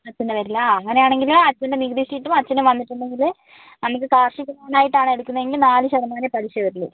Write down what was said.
അച്ഛൻ്റെ പേരിലാണ് അങ്ങനെയാണെങ്കിൽ ആ അച്ഛൻ്റെ നികുതി ഷീറ്റും അച്ഛനും വന്നിട്ടുണ്ടെങ്കിൽ നമുക്ക് കാർഷിക ലോണായിട്ട് ആണ് എടുക്കുന്നതെങ്കിൽ നാല് ശതമാനമേ പലിശ വരുള്ളൂ